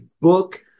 book